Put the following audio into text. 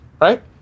Right